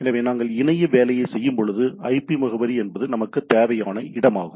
எனவே நாங்கள் இணைய வேலைகளைச் செய்யும்போது ஐபி முகவரி என்பது நமக்குத் தேவையான இடமாகும்